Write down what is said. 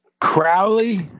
Crowley